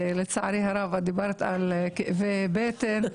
לצערי הרב את דיברת על כאבי בטן,